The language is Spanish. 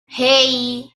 hey